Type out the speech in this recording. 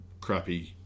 crappy